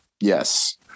Yes